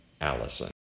Allison